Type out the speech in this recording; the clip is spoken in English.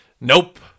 Nope